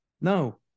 No